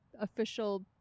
official